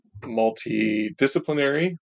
multidisciplinary